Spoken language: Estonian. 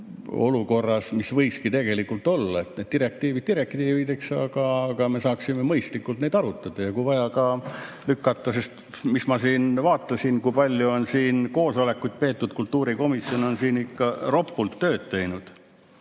olukorras, mis võikski tegelikult olla. Need direktiivid direktiivideks, me saaksime mõistlikult neid arutada ja kui vaja, ka [tagasi] lükata. Ma siin vaatasin, kui palju on koosolekuid peetud. Kultuurikomisjon on ikka ropult tööd teinud: